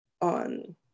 on